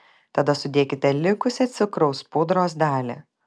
tada sudėkite likusią cukraus pudros dalį